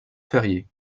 fériés